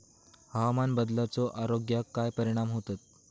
हवामान बदलाचो आरोग्याक काय परिणाम होतत?